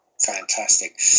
Fantastic